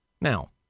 Now